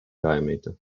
diameter